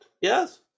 Yes